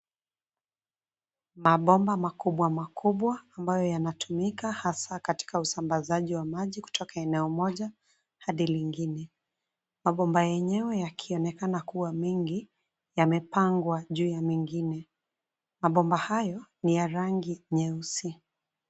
Mabomba makubwa makubwa ambayo yanatumika hasa katika usambazaji wa maji kutoka eneo moja, hadi lingine. Mabomba yenyewe yakionekana kuwa mengi, yamepangwa juu ya mengine. Mabomba hayo ni ya rangi nyeusi.